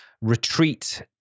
retreat